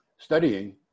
studying